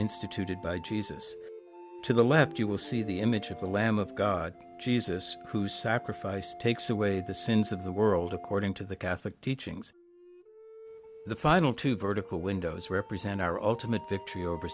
instituted by jesus to the left you will see the image of the lamb of god jesus who sacrificed takes away the sins of the world according to the catholic teachings the final two vertical windows represent our ultimate victory over